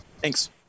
thanks